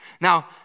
Now